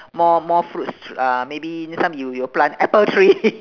more more fruits to uh maybe next time you you'll plant apple tree